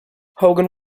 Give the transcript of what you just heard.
hogan